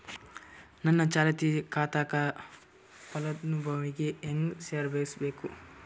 ನನ್ನ ಚಾಲತಿ ಖಾತಾಕ ಫಲಾನುಭವಿಗ ಹೆಂಗ್ ಸೇರಸಬೇಕು?